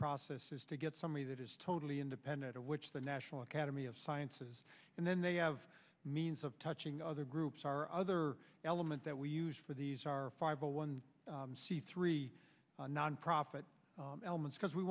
process is to get somebody that is totally independent of which the national academy of sciences and then they have means of touching other groups are other elements that we use for these are five hundred one c three non profit elements because we